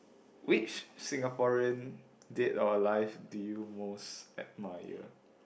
which Singaporean dead or alive do you most admire